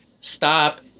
stop